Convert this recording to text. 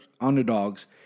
underdogs